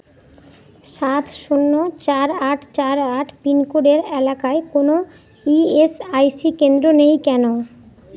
সাত শূন্য চার আট চার আট পিনকোডের এলাকায় কোনো ই এস আই সি কেন্দ্র নেই কেন